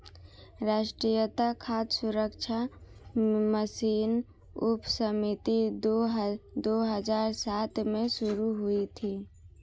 राष्ट्रीय खाद्य सुरक्षा मिशन उपसमिति दो हजार सात में शुरू हुई थी